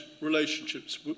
relationships